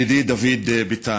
ידידי דוד ביטן,